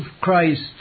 Christ